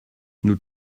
nous